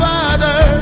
Father